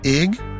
Ig